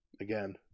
again